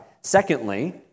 Secondly